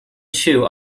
shoe